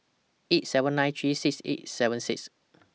eight seven nine three six eight seven six